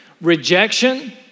Rejection